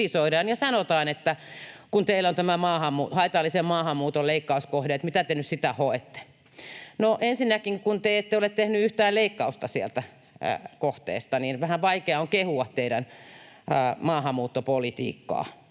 ja sanotaan, että kun teillä on tämä haitallisen maahanmuuton leikkauskohde, että mitä te nyt sitä hoette. No ensinnäkin, kun te ette ole tehneet yhtään leikkausta siitä kohteesta, niin vähän vaikea on kehua teidän maahanmuuttopolitiikkaanne.